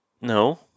No